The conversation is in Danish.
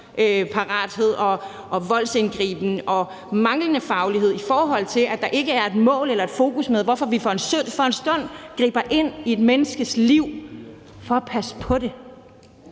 voldsparathed og voldelig indgriben og manglende faglighed, i forhold til at der ikke er et mål eller et fokus, hvorfor vi for en stund griber ind i et menneskes liv for at passe på det.